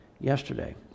yesterday